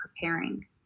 preparing